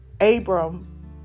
Abram